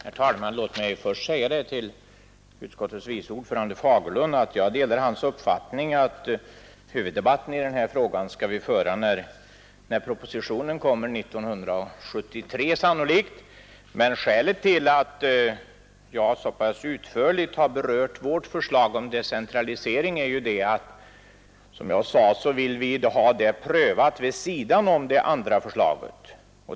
Herr talman! Låt mig först säga till utskottets vice ordförande herr Fagerlund att jag delar hans uppfattning att vi skall föra huvuddebatten i denna fråga när propositionen kommer, sannolikt år 1973. Skälet till att jag så pass utförligt har berört vårt förslag om decentralisering är emellertid att vi, som jag sade, vill ha detta prövat vid sidan om det andra förslaget.